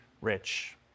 Rich